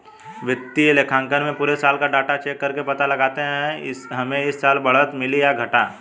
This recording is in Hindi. वित्तीय लेखांकन में पुरे साल का डाटा चेक करके पता लगाते है हमे इस साल बढ़त मिली है या घाटा